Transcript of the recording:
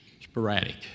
sporadic